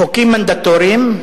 חוקים מנדטוריים,